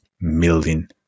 million